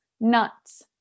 nuts